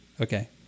okay